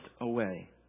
away